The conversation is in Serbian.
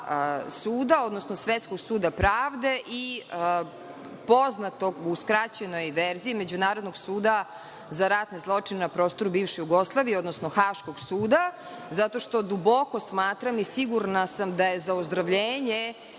suda, odnosno Svetskog suda pravde i poznatog u skraćenoj verziji Međunarodnog suda za ratne zločine na prostoru bivše Jugoslavije, odnosno Haškog suda, zato što duboko smatram i sigurna sam da je za ozdravljenje